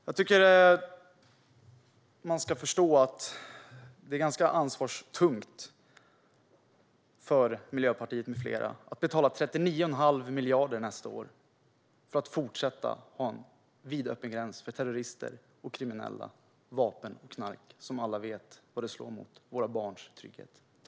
Jag tycker att man ska förstå att det är ganska ansvarstyngt för Miljöpartiet med flera att betala 39 1⁄2 miljard nästa år för att fortsätta ha en vidöppen gräns för terrorister och kriminella, vapen och knark, som alla vet vad det slår mot: våra barns trygghet.